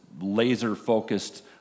laser-focused